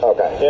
Okay